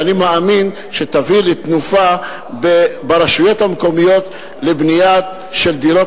שאני מאמין שתביא לתנופה ברשויות המקומיות ולבנייה של דירות